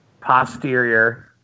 posterior